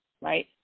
right